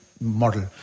model